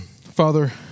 Father